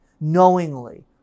knowingly